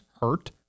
hurt